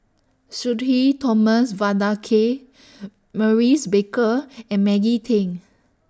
Sudhir Thomas Vadaketh Maurice Baker and Maggie Teng